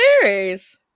Series